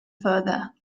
further